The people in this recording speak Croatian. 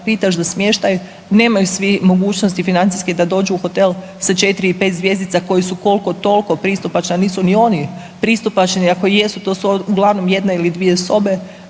pitaš za smještaj, nemaju svi mogućnosti financijske da dođu u hotel sa 4 i 5 zvjezdica koji su koliko-toliko pristupačna, nisu ni oni pristupačni, ako i jesu to su uglavnom 1 ili 2 sobe,